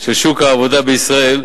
של שוק העבודה בישראל,